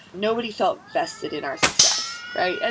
nobody felt vested in our success, right? and